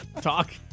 Talk